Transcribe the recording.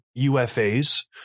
UFAs